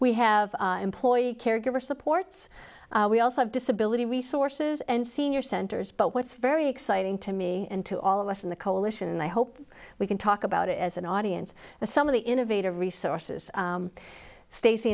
we have employee caregiver supports we also have disability resources and senior centers but what's very exciting to me and to all of us in the coalition and i hope we can talk about it as an audience and some of the innovative resources stac